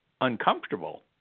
uncomfortable